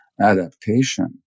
adaptation